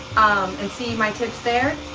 and see my tips there.